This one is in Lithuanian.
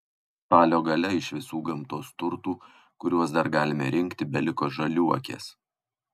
spalio gale iš visų gamtos turtų kuriuos dar galime rinkti beliko žaliuokės